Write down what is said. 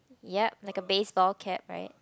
yup like a baseball cap right